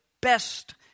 best